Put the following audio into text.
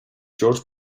george